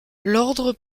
l’ordre